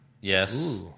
Yes